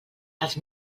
els